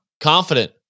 Confident